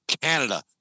canada